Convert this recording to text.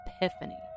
epiphany